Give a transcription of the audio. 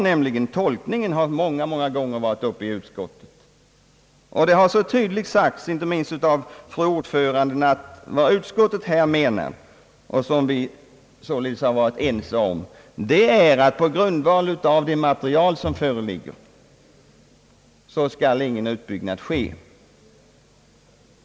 Tolkningsfrågan har nämligen många gånger varit uppe i utskottet, och det har tydligt sagts, inte minst av fru ordföranden, att vad utskottet menar och som vi således varit eniga om, är att på grundval av det material som föreligger skall ingen utbyggnad ske.